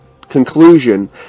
conclusion